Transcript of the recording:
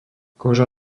koža